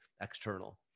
external